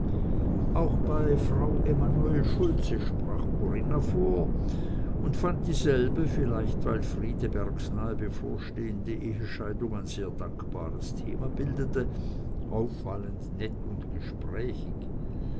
auch bei frau immanuel schultze sprach corinna vor und fand dieselbe vielleicht weil friedebergs nahe bevorstehende ehescheidung ein sehr dankbares thema bildete auffallend nett und gesprächig